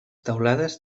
teulades